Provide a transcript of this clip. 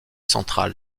central